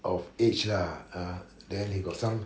of age lah ah then he got some